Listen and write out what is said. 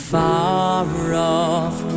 far-off